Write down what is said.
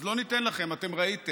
אז לא ניתן לכם, אתם ראיתם,